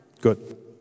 Good